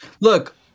Look